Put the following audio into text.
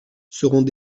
serons